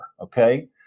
Okay